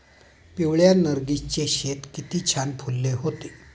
पिवळ्या नर्गिसचे शेत किती छान फुलले होते